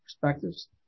perspectives